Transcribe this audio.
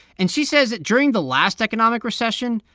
and she says that during the last economic recession,